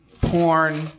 porn